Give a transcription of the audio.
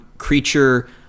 creature